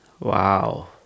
Wow